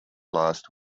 last